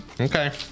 Okay